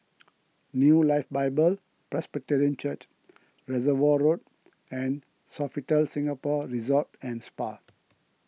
New Life Bible Presbyterian Church Reservoir Road and Sofitel Singapore Resort and Spa